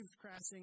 crashing